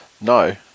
no